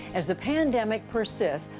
as the pandemic persists,